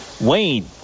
Wayne